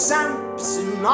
Samson